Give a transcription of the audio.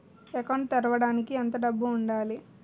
Account తెరవడానికి ఎంత డబ్బు ఉండాలి?